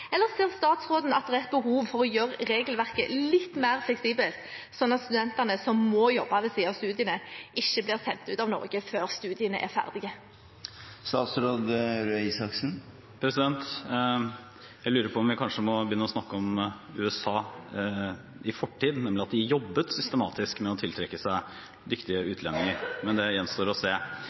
Eller ser statsråden at det er et behov for å gjøre regelverket litt mer fleksibelt, sånn at de studentene som må jobbe ved siden av studiene, ikke blir sendt ut av Norge før studiene er ferdige? Jeg lurer på om vi kanskje må begynne å snakke om USA i fortid, nemlig at de jobbet systematisk med å tiltrekke seg dyktige utlendinger, men det gjenstår å se.